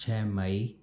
छ मई